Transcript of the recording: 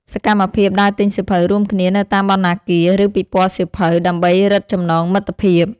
សកម្មភាព ដើរទិញសៀវភៅរួមគ្នា នៅតាមបណ្ណាគារ ឬពិព័រណ៍សៀវភៅ ដើម្បីរឹតចំណងមិត្តភាព។